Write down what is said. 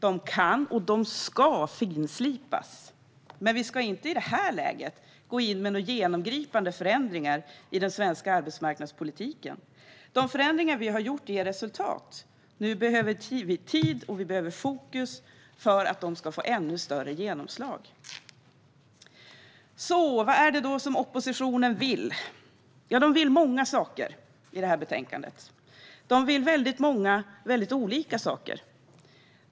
De kan och ska finslipas, men i detta läge ska vi inte gå in med genomgripande förändringar i den svenska arbetsmarknadspolitiken. De förändringar som vi har gjort ger resultat, och nu behöver vi tid och fokus för att de ska få ännu större genomslag. Vad vill då oppositionen? De vill många saker i betänkandet. De vill göra många väldigt olika saker.